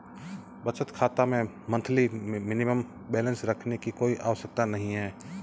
बचत खाता में मंथली मिनिमम बैलेंस रखने की कोई आवश्यकता नहीं है